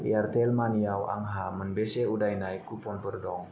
Airtel मानि आव आंहा मोनबेसे उदायनाय कुपनफोर दं